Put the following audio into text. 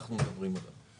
שאנחנו מדברים עליו כרגע.